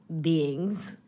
beings